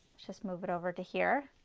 just move it over to here.